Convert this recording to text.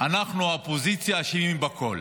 חמד עמאר.